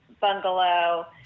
bungalow